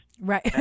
Right